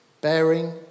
bearing